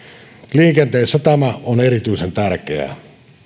liikenteessä tämä on erityisen tärkeää